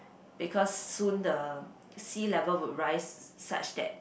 because soon the sea level will rise such that